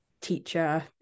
teacher